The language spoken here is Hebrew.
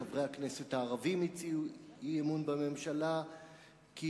חברי הכנסת הערבים הציעו אי-אמון בממשלה כי